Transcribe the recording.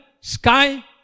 sky